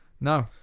No